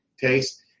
taste